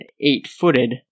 eight-footed